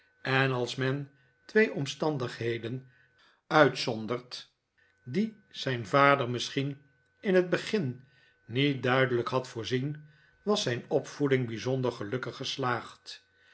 en als men twee omstandigheden uitzondert die zijn vader misschien in het begin niet duidelijk had voorzien was zijn opvoeding bijzonder gelukkig geslaagd